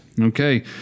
Okay